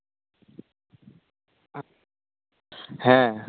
ᱦᱮᱸ